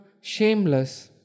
shameless